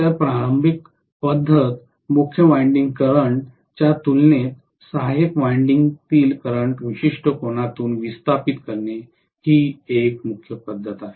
तर प्रारंभिक पद्धत मुख्य वायंडिंग करंट च्या तुलनेत सहाय्यक वायंडिंग तील करंट विशिष्ट कोनातून विस्थापित करणे ही मुख्य पद्धत आहे